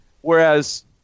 whereas